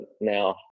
now